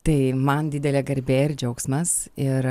tai man didelė garbė ir džiaugsmas ir